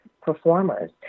performers